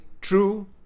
true